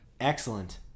Excellent